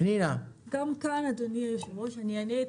גם כאן אדוני היושב ראש אני אענה את